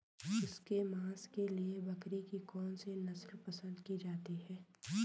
इसके मांस के लिए बकरी की कौन सी नस्ल पसंद की जाती है?